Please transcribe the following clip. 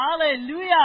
hallelujah